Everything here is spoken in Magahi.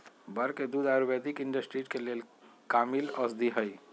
बड़ के दूध आयुर्वैदिक इंडस्ट्री के लेल कामिल औषधि हई